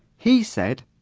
he said,